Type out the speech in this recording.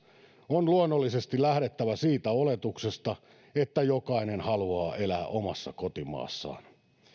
on luonnollisesti lähdettävä siitä oletuksesta että jokainen haluaa elää omassa kotimaassaan